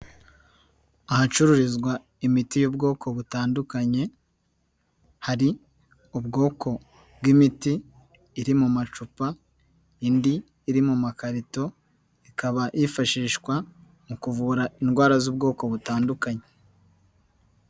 Ahacururizwa imiti y'ubwoko butandukanye, hari ubwoko bw'imiti iri mu macupa, indi iri mu makarito ikaba yifashishwa mu kuvura indwara z'ubwoko butandukanye.